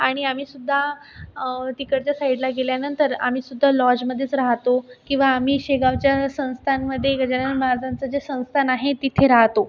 आणि आम्हीसुद्धा तिकडच्या साईडला गेल्यानंतर आम्हीसुद्धा लॉजमध्येच राहतो किंवा आम्ही शेगावच्या संस्थानमध्ये गजानन महाराजांचं जे संस्थान आहे तिथे राहतो